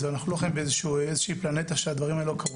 אנחנו לא חיים באיזושהי פלנטה שהדברים האלה לא קרו.